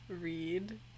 read